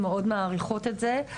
מאוד מעריכות את זה.